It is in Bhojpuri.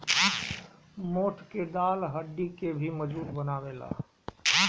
मोठ के दाल हड्डी के भी मजबूत बनावेला